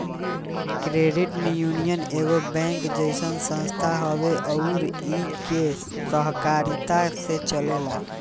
credit union एगो bank जइसन संस्था हवे अउर इ के सहकारिता से चलेला